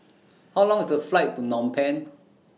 How Long IS The Flight to Nom Penh